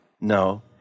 No